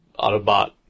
Autobot